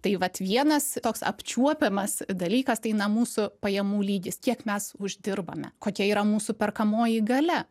tai vat vienas toks apčiuopiamas dalykas tai na mūsų pajamų lygis kiek mes uždirbame kokia yra mūsų perkamoji galia